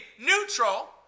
neutral